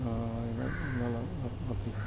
എന്നുള്ളത്